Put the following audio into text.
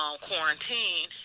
quarantine